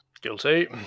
Guilty